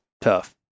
tough